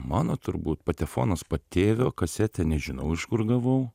mano turbūt patefonas patėvio kasetė nežinau iš kur gavau